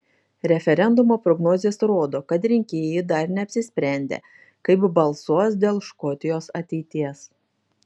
referendumo prognozės rodo kad rinkėjai dar neapsisprendę kaip balsuos dėl škotijos ateities